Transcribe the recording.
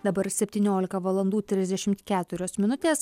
dabar septyniolika valandų trisdešimt keturios minutės